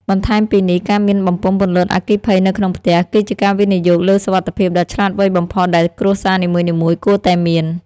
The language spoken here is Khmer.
បន្ថែមពីនេះ ការមានបំពង់ពន្លត់អគ្គិភ័យនៅក្នុងផ្ទះ គឺជាការវិនិយោគលើសុវត្ថិភាពដ៏ឆ្លាតវៃបំផុតដែលគ្រួសារនីមួយៗគួរតែមាន។